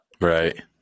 right